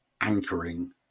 anchoring